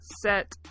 set